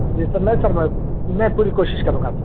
جی sir میں سمجھ میں پوری کوشش کروں گا سر